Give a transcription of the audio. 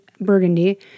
Burgundy